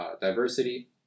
diversity